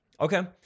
okay